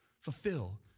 Fulfill